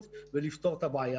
ולפתור את הבעיה.